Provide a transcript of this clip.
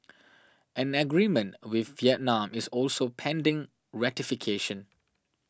an agreement with Vietnam is also pending ratification